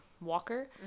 Walker